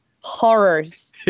horrors